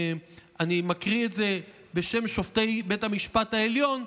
מקריא את זה בשם שופטי בית המשפט העליון,